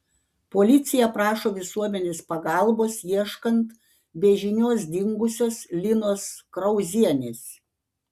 policija prašo visuomenės pagalbos ieškant be žinios dingusios linos krauzienės